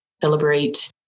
celebrate